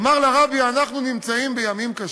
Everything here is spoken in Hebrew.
אמר לרבי: אנחנו נמצאים בימים קשים.